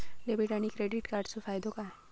Debit आणि credit कार्डचो फायदो काय?